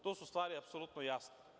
Tu su stvari apsolutno jasno.